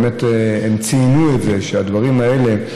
באמת הם ציינו את זה שהדברים האלה,